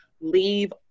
leave